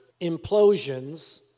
implosions